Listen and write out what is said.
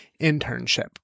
internship